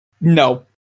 no